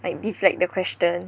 like deflect the question